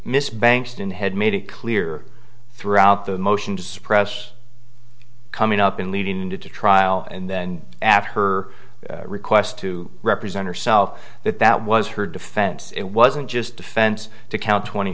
miss bankston had made it clear throughout the motion to suppress coming up in leading into the trial and then after her request to represent herself that that was her defense it wasn't just defense to count twenty